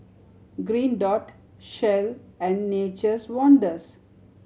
Green Dot Shell and Nature's Wonders